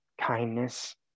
kindness